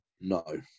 No